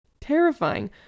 terrifying